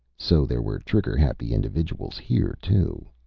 so there were trigger-happy individuals here, too.